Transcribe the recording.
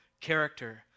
character